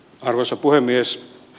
arvoisa puhemies